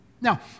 Now